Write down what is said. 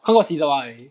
看过 season one already